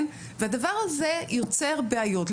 הדבר הזה יוצר בעיות,